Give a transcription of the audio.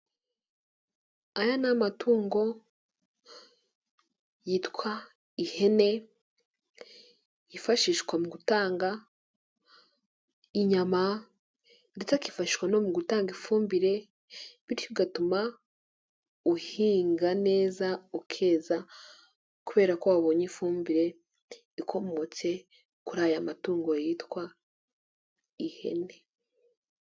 Aya ni amatungo yitwa ihene yifashishwa mu gutanga inyama ndetse akifashishwa no mu gutanga ifumbire bityo ugatuma uhinga neza ukeza kubera ko wabonye ifumbire ikomotse kuri aya matungo yitwa ihene.